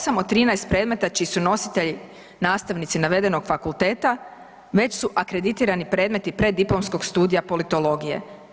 8 od 13 predmeta čiji su nositelji nastavnici navedenog fakulteta već su akreditirani predmeti preddiplomskog studija politologije.